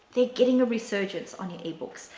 they're getting a researcher on your ebooks.